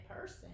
person